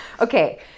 okay